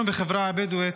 אנחנו בחברה הבדואית,